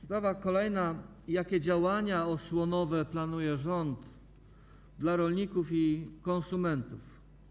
Sprawa kolejna: Jakie działania osłonowe planuje rząd dla rolników i konsumentów?